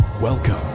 Welcome